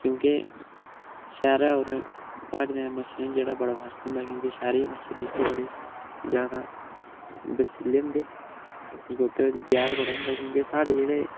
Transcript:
क्योंकि शैह्रे होर प्हाड़ी मच्छरें च जेह्ड़ा बड़ा फर्क होंदा ऐ क्योंकि शैह्रे मच्छरे बड़े ज्यादा बसीले होंदे कीजे उं'दे बिच्च जैह्र बड़ा होंदा ऐ क्योंकि साढ़े जेह्ड़े